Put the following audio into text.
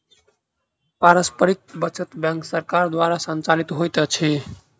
पारस्परिक बचत बैंक सरकार द्वारा संचालित होइत अछि